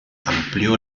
amplió